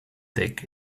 take